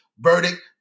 verdict